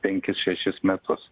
penkis šešis metus